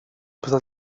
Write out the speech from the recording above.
poza